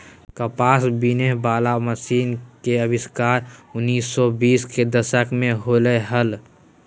कपास बिनहे वला मशीन के आविष्कार उन्नीस सौ बीस के दशक में होलय हल